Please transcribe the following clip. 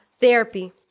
therapy